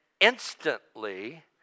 Instantly